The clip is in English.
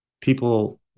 People